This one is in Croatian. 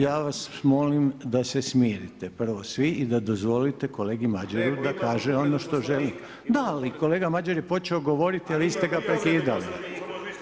Ja vas molim da se smirite prvo svi i da dozvolite kolegi Madjeru da kaže ono što želi. … [[Upadica: Ne razumije se.]] da ali kolega Madjer je počeo govoriti a vi ste ga prekidali.